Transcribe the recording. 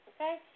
Okay